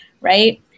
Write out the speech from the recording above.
Right